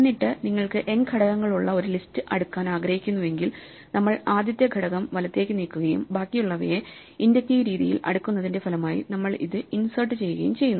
എന്നിട്ട് നിങ്ങൾക്ക് n ഘടകങ്ങളുള്ള ഒരു ലിസ്റ്റ് അടുക്കാൻ ആഗ്രഹിക്കുന്നുവെങ്കിൽ നമ്മൾ ആദ്യത്തെ ഘടകം വലത്തേക്ക് നീക്കുകയും ബാക്കിയുള്ളവയെ ഇൻഡക്റ്റീവ് രീതിയിൽ അടുക്കുന്നതിന്റെ ഫലമായി നമ്മൾ അത് ഇൻസേർട്ട് ചെയ്യുകയും ചെയ്യുന്നു